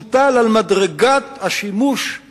הוא הוגש על המדרגה השלישית של השימוש במים.